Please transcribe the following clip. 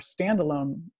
standalone